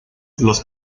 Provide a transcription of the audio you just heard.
los